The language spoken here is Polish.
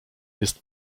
jest